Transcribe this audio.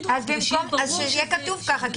אז שיהיה כתוב ככה,